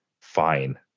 fine